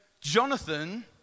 Jonathan